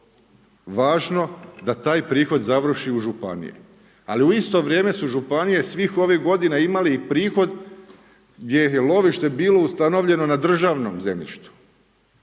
važno da taj prihod završi u županiji. Ali u isto vrijeme su županije svih ovih godina imale prihod gdje je lovište bilo ustanovljeno na državnom zemljištu.